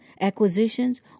acquisitions